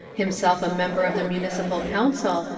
himself a member of the municipal council,